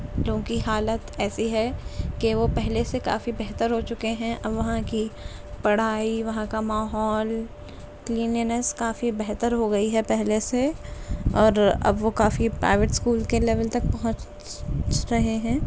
کہ ان کی حالت ایسی ہے کہ وہ پہلے سے کافی بہتر ہو چکے ہیں اور وہاں کی پڑھائی وہاں کا ماحول کلئیننس کافی بہتر ہو گئی ہے پہلے سے اور اب وہ کافی پرائیوٹ اسکول کے لیول تک پہنچ رہے ہیں